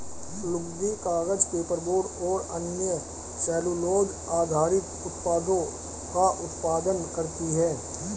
लुगदी, कागज, पेपरबोर्ड और अन्य सेलूलोज़ आधारित उत्पादों का उत्पादन करती हैं